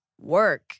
work